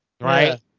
Right